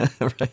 Right